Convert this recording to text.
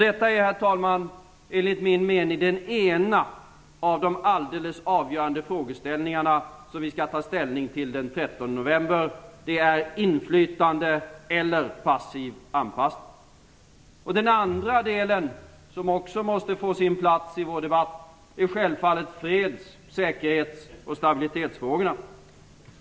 Detta är, herr talman, enligt min mening den ena av de alldeles avgörande frågeställningar som vi skall ta ställning till den 13 november: inflytande eller passiv anpassning? Den andra, som också måste få sin plats i vår debatt, är självfallet freds-, säkerhets och stabilitetsfrågorna.